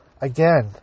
again